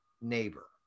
neighbor